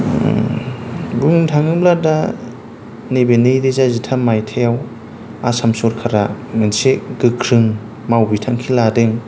बुंनो थाङोब्ला दा नैबे नैरोजा जिथाम मायथाइयाव आसाम सरखारा मोनसे गोख्रों मावबिथांखि लादों